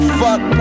fuck